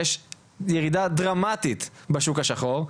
יש ירידה דרמטית בשוק השחור,